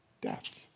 death